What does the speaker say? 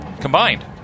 combined